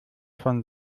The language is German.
von